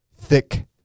thick